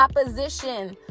opposition